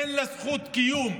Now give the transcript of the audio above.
אין לה זכות קיום.